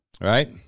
Right